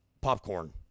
popcorn